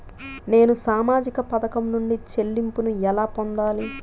నేను సామాజిక పథకం నుండి చెల్లింపును ఎలా పొందాలి?